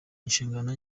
inshingano